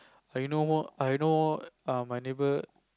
like you know all I know all uh my neighbour